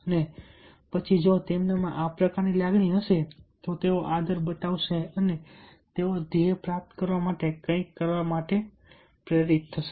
અને પછી જો તેમનામાં આ પ્રકારની લાગણી હશે તો તેઓ આદર બતાવશે ને તેઓ ધ્યેય પ્રાપ્ત કરવા માટે કંઈક કરવા માટે પ્રેરિત થશે